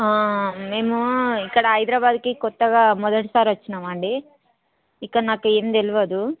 మేము ఇక్కడ హైదరాబాద్కి కొత్తగా మొదటిసారి వచ్చినాం అండి ఇక్కడ నాకు ఏమి తెలియదు